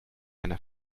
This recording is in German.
einer